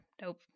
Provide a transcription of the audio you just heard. nope